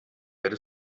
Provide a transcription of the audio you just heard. però